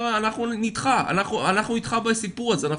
אנחנו איתך בסיפור הזה,